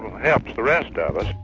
helps the rest of us.